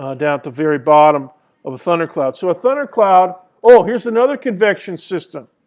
um down at the very bottom of a thundercloud. so a thundercloud oh, here's another convection system,